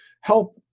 help